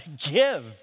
give